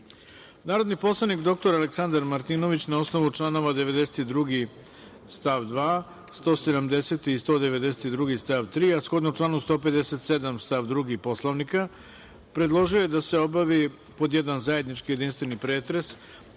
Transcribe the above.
predlog. Narodni poslanik dr Aleksandar Martinović, na osnovu članova 92. stav 2, 170. i 192. stav 3, a shodno članu 157. stav 2. Poslovnika, predložio je da se obavi; pod jedan, zajednički jedinstveni pretres